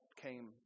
came